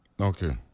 okay